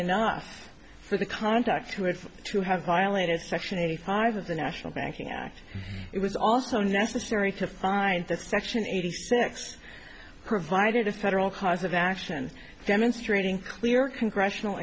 enough for the contacts to have to have violated section eighty five of the national banking act it was also necessary to find that section eighty six provided to federal cause of action demonstrating clear congressional